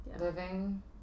Living